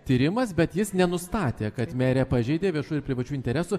tyrimas bet jis nenustatė kad merė pažeidė viešų ir privačių interesų